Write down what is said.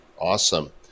Awesome